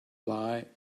buy